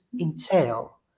entail